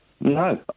No